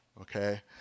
Okay